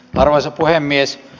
arvoisa puhemies